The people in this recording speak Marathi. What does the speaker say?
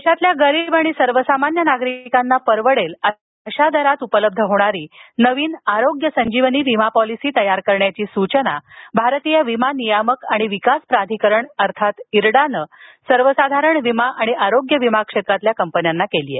देशातील गरीब आणि सर्वसामान्य नागरिकांना परवडेल अशा दरात उपलब्ध होणारी नवीन आरोग्य संजीवनी विमा पॉलिसी तयार करण्याची सूचना भारतीय विमा नियामक आणि विकास प्राधिकरण अर्थात इर्डानं सर्वसाधारण विमा आणि आरोग्य विमा क्षेत्रातील कंपन्यांना केली आहे